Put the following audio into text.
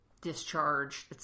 discharge